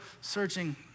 searching